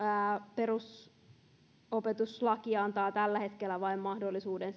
perusopetuslaki antaa tällä hetkellä mahdollisuuden